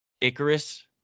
Icarus